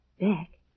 back